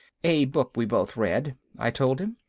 a book we both read, i told him.